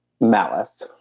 malice